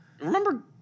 Remember